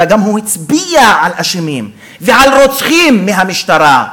אלא גם, הוא הצביע על אשמים ועל רוצחים מהמשטרה.